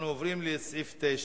אנחנו עוברים לסעיף 9: